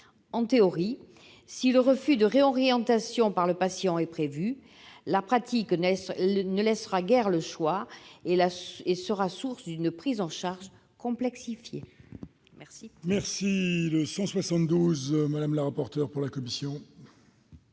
En théorie, si le refus de réorientation par le patient est prévu, la pratique ne laissera guère le choix et sera source d'une prise en charge complexifiée. La parole est à Mme la rapporteur, pour présenter